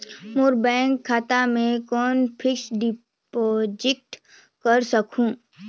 मोर bank खाता मे कौन फिक्स्ड डिपॉजिट कर सकहुं?